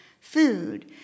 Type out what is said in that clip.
Food